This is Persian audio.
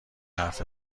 حرف